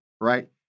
right